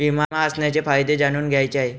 विमा असण्याचे फायदे जाणून घ्यायचे आहे